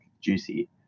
juicy